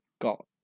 got